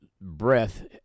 breath